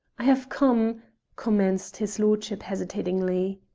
i have come commenced his lordship hesitatingly.